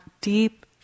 deep